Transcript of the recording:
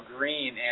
Green